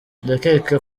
ndakeka